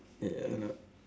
ya lah